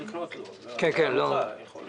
הצבעה בעד, 3 נגד, אין נמנעים, אין אושר.